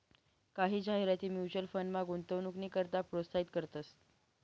कायी जाहिराती म्युच्युअल फंडमा गुंतवणूकनी करता प्रोत्साहित करतंस